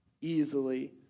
easily